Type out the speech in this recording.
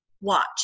watch